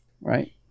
right